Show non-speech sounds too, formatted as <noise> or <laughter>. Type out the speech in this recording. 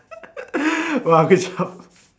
<laughs> !wah! good job